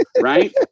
right